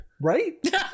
Right